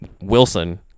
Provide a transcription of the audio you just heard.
Wilson